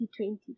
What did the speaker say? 2020